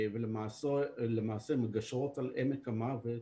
ולמעשה מגשרות על עמק המוות